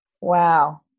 Wow